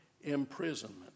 imprisonment